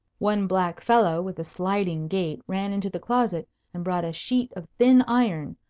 one black fellow with a sliding gait ran into the closet and brought a sheet of thin iron,